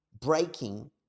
breaking